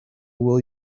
will